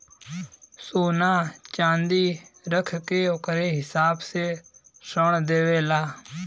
सोना च्नादी रख के ओकरे हिसाब से ऋण देवेला